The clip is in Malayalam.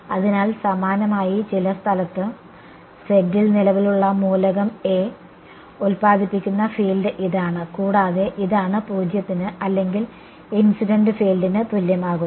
അതിനാൽ സമാനമായി ചില സ്ഥലത്തു z ൽ നിലവിലുള്ള മൂലകം ഉൽപ്പാദിപ്പിക്കുന്ന ഫീൽഡ് ഇതാണ് ഇതുകൂടാതെ ഇതാണ് 0 ത്തിന് അല്ലെങ്കിൽ ഇൻസിഡന്റ് ഫീൽഡിന് തുല്യമാക്കുന്നത്